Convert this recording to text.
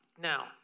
Now